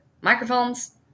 microphones